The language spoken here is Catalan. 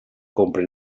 compra